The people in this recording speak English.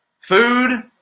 Food